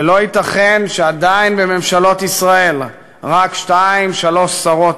ולא ייתכן שעדיין בממשלות ישראל רק שתיים-שלוש שרות,